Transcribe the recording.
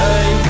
Hey